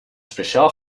speciaal